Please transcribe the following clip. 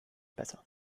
besser